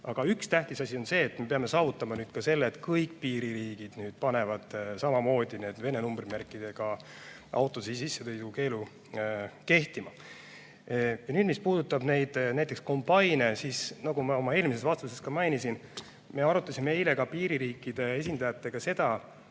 Üks tähtis asi on see, et me peame saavutama ka selle, et kõik piiririigid kehtestavad samamoodi Vene numbrimärgiga autode sissesõidukeelu. Nüüd, mis puudutab neid kombaine, siis nagu ma oma eelmises vastuses ka mainisin, me arutasime eile piiririikide esindajatega seda,